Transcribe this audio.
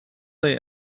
they